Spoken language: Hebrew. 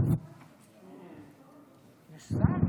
יש שר,